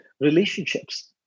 relationships